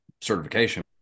certification